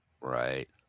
Right